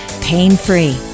pain-free